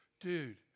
Dude